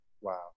wow